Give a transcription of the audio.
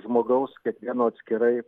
žmogaus kiekvieno atskirai